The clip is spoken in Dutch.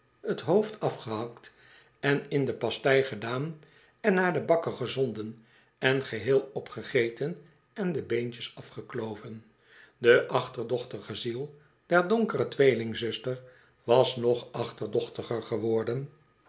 t hoofd afgehakt en in de pastei gedaan en naar den bakker gezonden en geheel opgegeten en de beentjes afgekloven do achterdochtige ziel der donkere tweelingzuster was nog achterdochtiger geworden